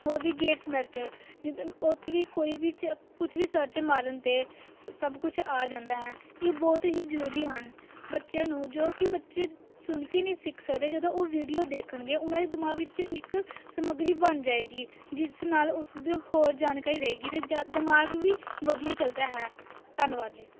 ਹੋਰ ਵੀ ਗੇਟਸ ਮੈਸਟਰ ਜਿੱ ਉਹ 'ਤੇ ਵੀ ਕੋਈ ਵੀ ਚ ਕੁਛ ਵੀ ਸਰਚ ਮਾਰਨ 'ਤੇ ਸਭ ਕੁਛ ਆ ਜਾਂਦਾ ਹੈ ਇਹ ਬਹੁਤ ਹੀ ਜ਼ਰੂਰੀ ਹਨ ਬੱਚਿਆਂ ਨੂੰ ਜੋ ਕਿ ਬੱਚੇ ਸੁਣ ਕੇ ਨਹੀਂ ਸਿੱਖ ਸਕਦੇ ਜਦੋਂ ਉਹ ਵੀਡੀਓ ਦੇਖਣਗੇ ਉਹਨਾਂ ਦੇ ਦਿਮਾਗ ਵਿੱਚ ਇੱਕ ਸਮੱਗਰੀ ਬਣ ਜਾਵੇਗੀ ਜਿਸ ਨਾਲ ਉਸਦੇ ਹੋਰ ਜਾਣਕਾਰੀ ਰਹੇਗੀ ਅਤੇ ਜਾ ਦਿਮਾਗ ਵੀ ਵਧੀਆ ਚੱਲਦਾ ਹੈ ਧੰਨਵਾਦ ਜੀ